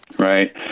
Right